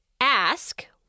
ask